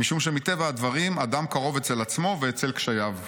משום שמטבע הדברים אדם קרוב אצל עצמו ואצל קשייו.